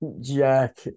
Jack